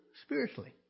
spiritually